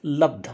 लब्धम्